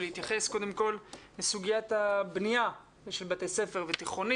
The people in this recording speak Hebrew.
ולהתייחס קודם כל לסוגיית הבנייה של בתי ספר והתיכונים